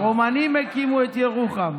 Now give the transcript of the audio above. הרומנים הקימו את ירוחם.